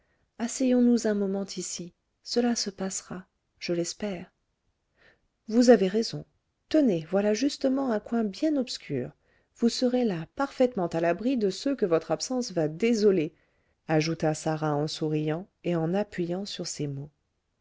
asseyons-nous un moment ici cela se passera je l'espère vous avez raison tenez voilà justement un coin bien obscur vous serez là parfaitement à l'abri de ceux que votre absence va désoler ajouta sarah en souriant et en appuyant sur ces mots